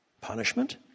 punishment